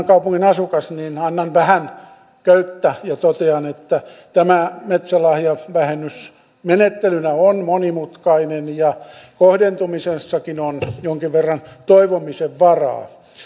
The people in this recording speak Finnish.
kaupungin asukas niin annan vähän köyttä ja totean että tämä metsälahjavähennys menettelynä on monimutkainen ja kohdentumisessakin on jonkin verran toivomisen varaa